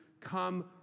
come